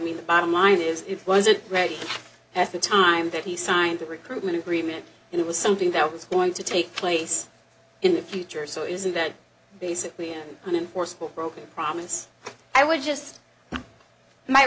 to mean the bottom line is it wasn't ready at the time that he signed the recruitment agreement and it was something that was going to take place in the future so isn't that basically him forceful broken promise i would just my